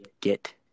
get